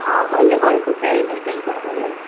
मैले गरेको चाहिँ दई तिन साल भयो